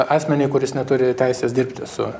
asmeniui kuris neturi teisės dirbti su